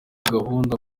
gahunda